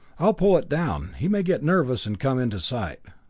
i'll pull it down he may get nervous and come into sight.